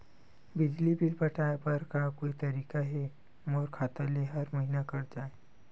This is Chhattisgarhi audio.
बिजली बिल पटाय बर का कोई तरीका हे मोर खाता ले हर महीना कट जाय?